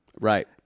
Right